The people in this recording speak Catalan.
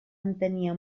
entenia